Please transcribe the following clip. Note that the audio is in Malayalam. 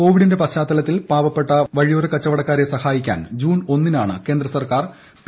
കോവിഡിന്റെ പശ്ചാത്തലത്തിൽ പാവപ്പെട്ട വഴിയോര കച്ചവടക്കാരെ സഹായിക്കാൻ ജൂൺ ഒന്നിനാണ് കേന്ദ്ര സർക്കാർ പി